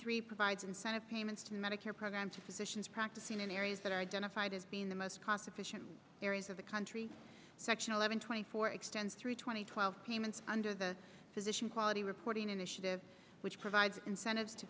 three provides incentive payments to the medicare program to physicians practicing in areas that are identified as being the most cost efficient areas of the country section eleven twenty four extends through two thousand and twelve payments under the physician quality reporting initiative which provides incentives to